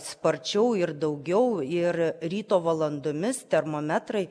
sparčiau ir daugiau ir ryto valandomis termometrai